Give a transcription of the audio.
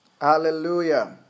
Hallelujah